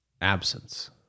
absence